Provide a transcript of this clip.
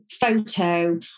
photo